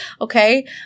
Okay